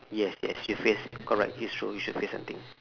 yes yes your fears correct you should face something